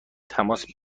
تماس